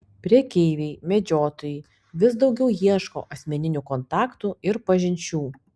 prekeiviai medžiotojai vis daugiau ieško asmeninių kontaktų ir pažinčių